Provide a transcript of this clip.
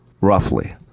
roughly